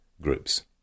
groups